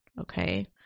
Okay